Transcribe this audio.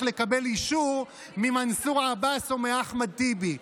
לקבל אישור ממנסור עבאס או מאחמד טיבי.